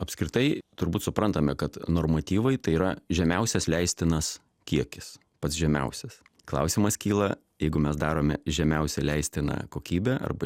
apskritai turbūt suprantame kad normatyvai tai yra žemiausias leistinas kiekis pats žemiausias klausimas kyla jeigu mes darome žemiausią leistiną kokybę arba